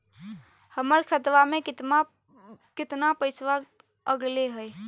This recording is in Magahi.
हमर खतवा में कितना पैसवा अगले हई?